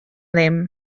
ddim